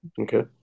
Okay